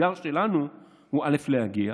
האתגר שלנו הוא להגיע,